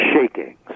shakings